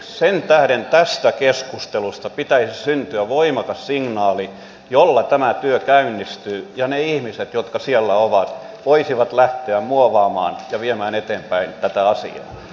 sen tähden tästä keskustelusta pitäisi syntyä voimakas signaali jolla tämä työ käynnistyy ja ne ihmiset jotka siellä ovat voisivat lähteä muovaamaan ja viemään eteenpäin tätä asiaa